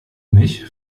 mich